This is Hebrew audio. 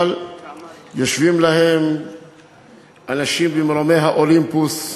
אבל יושבים להם אנשים במרומי האולימפוס,